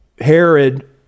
Herod